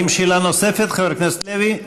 האם יש שאלה נוספת, חבר הכנסת לוי?